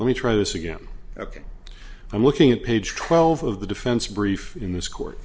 let me try this again ok i'm looking at page twelve of the defense brief in this court